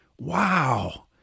wow